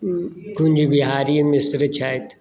कुञ्ज बिहारी मिश्र छथि